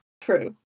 true